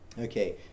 Okay